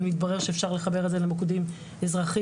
ומתברר שאפשר לחבר את זה למוקדים אזרחיים,